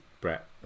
Brett